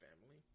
family